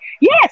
Yes